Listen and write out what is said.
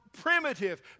primitive